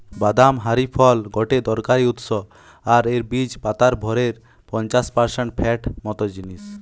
বাদাম হারি ফল গটে দরকারি উৎস আর এর বীজ পাতার ভরের পঞ্চাশ পারসেন্ট ফ্যাট মত জিনিস